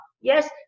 yes